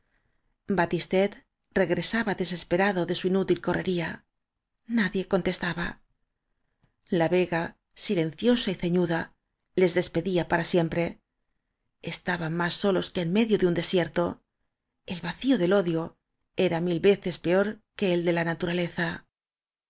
batistet regresaba desesperado de su inútil correría nadie contestaba la vega silenciosa y ceñuda les despedía para siempre estaban más solos que en medio de un desierto el vacío del odio era mil veces peor que el de la naturaleza